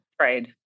trade